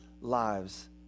lives